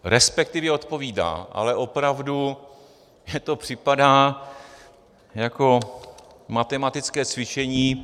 Respektive odpovídá, ale opravdu mi to připadá jako matematické cvičení...